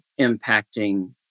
impacting